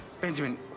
benjamin